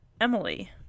Emily